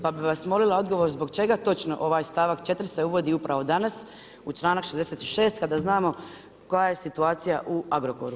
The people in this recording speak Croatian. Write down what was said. Pa bi vas molila odgovor zbog čega točno ovaj stavak 4. se uvodi upravo danas u čl.66. kada znamo koja je situacija u Agrokoru.